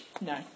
No